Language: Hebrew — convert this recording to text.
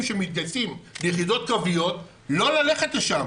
שמתגייסים ליחידות קרביות לא ללכת לשם,